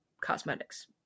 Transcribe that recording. cosmetics